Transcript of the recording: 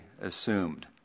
assumed